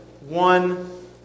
one